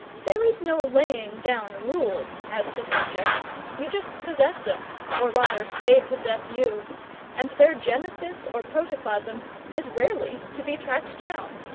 there is no laying down rules as to subjects you just possess them or rather, they possess you and their genesis or protoplasm is rarely to be tracked down.